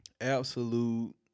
Absolute